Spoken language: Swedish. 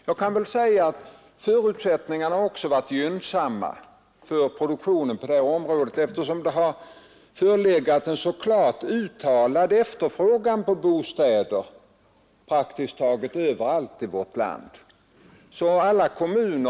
Jag är helt oförstående när herr Werner i Tyresö säger att man helt har accepterat de borgerliga målsättningarna för bostadsproduktionen. Det tycker jag är att inte försöka förstå vad som ändå förekommit.